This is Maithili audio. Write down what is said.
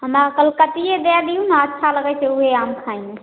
हमरा कलकतिए दऽ दिऔ ने अच्छा लगै छै ओ आम खाइमे